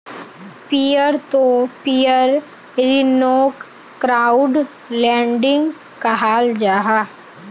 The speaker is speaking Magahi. पियर तो पियर ऋन्नोक क्राउड लेंडिंग कहाल जाहा